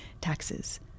taxes